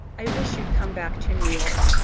i wish you'd come back to new york.